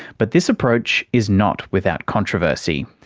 but this approach is not without controversy.